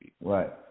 Right